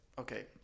okay